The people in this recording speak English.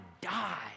die